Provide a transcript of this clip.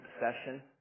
session